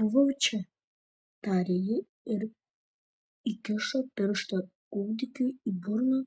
buvau čia tarė ji ir įkišo pirštą kūdikiui į burną